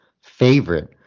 favorite